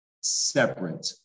separate